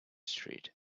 street